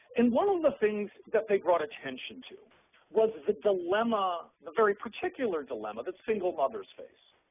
and one of the things that they brought attention to was the dilemma, the very particular dilemma that single mothers face.